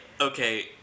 Okay